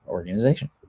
organization